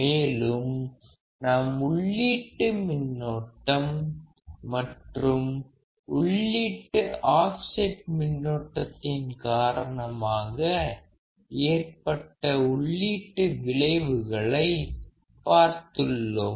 மேலும் நாம் உள்ளீட்டு மின்னோட்டம் மற்றும் உள்ளீட்டு ஆஃப்செட் மின்னோட்டத்தின் காரணமாக ஏற்பட்ட உள்ளீட்டு விளைவுகளைப் பார்த்துள்ளோம்